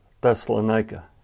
Thessalonica